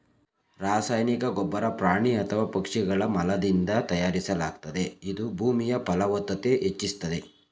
ರಾಸಾಯನಿಕ ಗೊಬ್ಬರ ಪ್ರಾಣಿ ಅಥವಾ ಪಕ್ಷಿಗಳ ಮಲದಿಂದ ತಯಾರಿಸಲಾಗ್ತದೆ ಇದು ಭೂಮಿಯ ಫಲವ್ತತತೆ ಹೆಚ್ಚಿಸ್ತದೆ